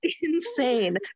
insane